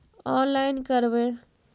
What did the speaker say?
Online करवे?